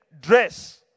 dress